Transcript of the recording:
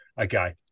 Okay